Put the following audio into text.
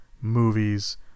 movies